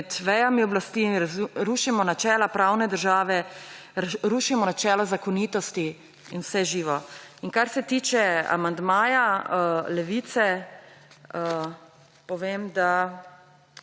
med vejami oblasti in rušimo načela pravne države, rušimo načela zakonitosti in vse živo. Kar se tiče amandmaja Levice, povem, da